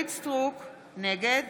נגד